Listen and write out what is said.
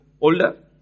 older